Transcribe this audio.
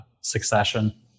succession